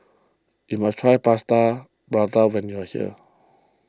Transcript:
you must try Plaster Prata when you are here